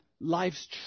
life's